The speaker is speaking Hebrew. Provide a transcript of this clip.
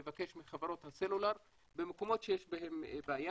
לבקש מחברות הסלולר במקומות שיש שם בעיה,